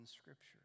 Scripture